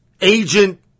agent